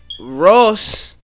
Ross